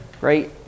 great